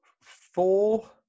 four